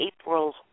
April